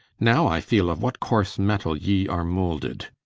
now i feele of what course mettle ye are molded,